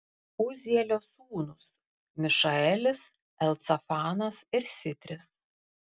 uzielio sūnūs mišaelis elcafanas ir sitris